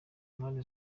mpande